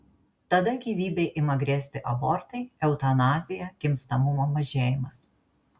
tada gyvybei ima grėsti abortai eutanazija gimstamumo mažėjimas